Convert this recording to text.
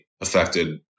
affected